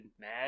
mad